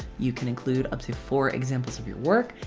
you can include up to four examples of your work,